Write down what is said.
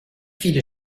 viele